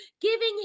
giving